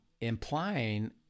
implying